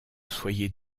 soyez